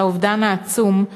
את האובדן העצום,